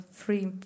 free